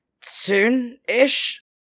soon-ish